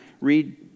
read